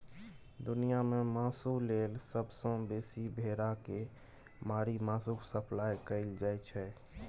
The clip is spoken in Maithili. दुनियाँ मे मासु लेल सबसँ बेसी भेड़ा केँ मारि मासुक सप्लाई कएल जाइ छै